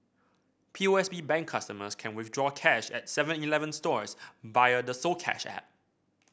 P O S B Bank customers can withdraw cash at Seven Eleven stores via the soCash app